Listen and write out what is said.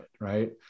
Right